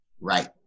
Right